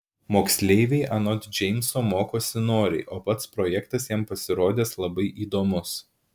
moksleiviai anot džeimso mokosi noriai o pats projektas jam pasirodęs labai įdomus